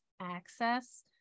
access